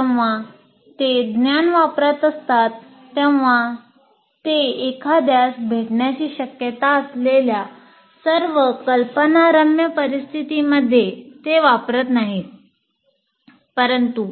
जेव्हा ते ज्ञान वापरत असतात तेव्हा ते एखाद्यास भेटण्याची शक्यता असलेल्या सर्व कल्पनारम्य परिस्थितींमध्ये ते वापरत नाहीत परंतु